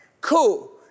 Cool